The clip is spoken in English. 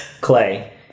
Clay